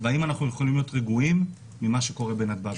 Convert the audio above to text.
האם אנחנו יכולים להיות רגועים ממה שקורה בנתב"ג?